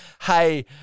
hey